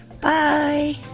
Bye